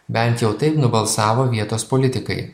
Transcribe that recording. bent jau taip nubalsavo vietos politikai